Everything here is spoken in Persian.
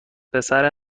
پسر